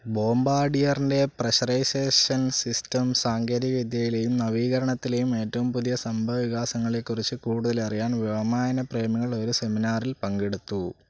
ബോംബാർഡിയറിൻ്റെ pressurisation systems സാങ്കേതികവിദ്യയിലെയും നവീകരണത്തിലെയും ഏറ്റവും പുതിയ സംഭവവികാസങ്ങളെക്കുറിച്ചു കൂടുതൽ അറിയാൻ വ്യോമയാന പ്രേമികൾ ഒരു സെമിനാറിൽ പങ്കെടുത്തു